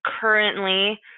currently